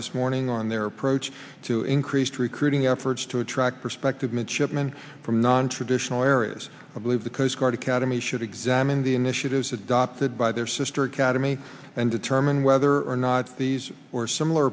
this morning on their approach to increased recruiting efforts to attract perspective midshipmen from nontraditional areas of believe the coast guard academy should examine the initiatives adopted by their sr academy and determine whether or not these or similar